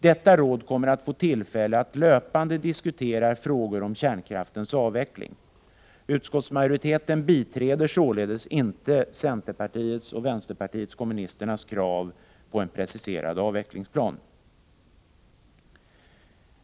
Detta råd kommer att få tillfälle att löpande diskutera frågor om kärnkraftens avveckling. Utskottsmajoriteten biträder således inte centerpartiets och vänsterpartiet kommunisternas krav på en preciserad avvecklingsplan.